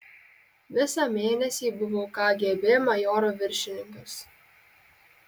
visą mėnesį buvau kgb majoro viršininkas